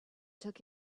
took